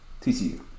TCU